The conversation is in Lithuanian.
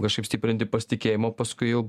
kažkaip stiprinti pasitikėjimą paskui jau